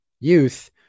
youth